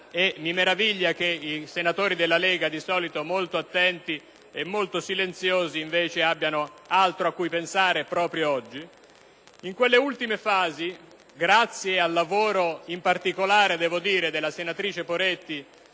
e mi meraviglia che i senatori della Lega, di solito molto attenti e silenziosi, invece abbiano altro a cui pensare proprio oggi), in quelle ultime fasi, grazie in particolare all'impegno della senatrice Poretti